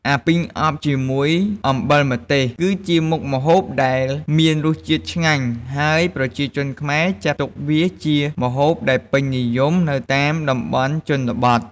អាពីងអប់ជាមួយអំបិលម្ទេស គឺជាមុខម្ហូបដែលមានរសជាតិឆ្ងាញ់ ហើយប្រជាជនខ្មែរចាត់ទុកវាជាម្ហូបដែលពេញនិយមនៅតាមតំបន់ជនបទ។